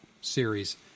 series